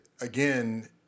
again